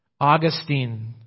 Augustine